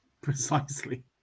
Precisely